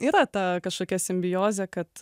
yra ta kažkokia simbiozė kad